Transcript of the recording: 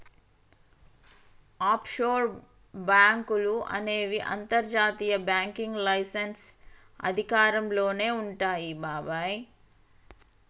offshore బాంకులు అనేవి అంతర్జాతీయ బ్యాంకింగ్ లైసెన్స్ అధికారంలోనే వుంటాయి బాబాయ్